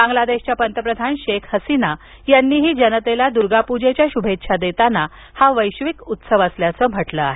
बांगलादेशच्या पंतप्रधान शेख हसीना यांनीही जनतेला दुर्गा पूजेच्या शुभेच्छा देताना हा वैश्विक उत्सव असल्याचं म्हटलं आहे